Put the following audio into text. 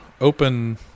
open